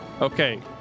okay